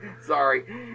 Sorry